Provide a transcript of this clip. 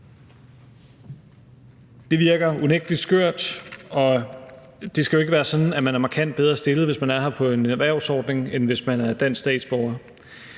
Det virker unægtelig skørt, og det skal jo ikke være sådan, at man er markant bedre stillet, hvis man er her på en erhvervsordning, end hvis man er dansk statsborger.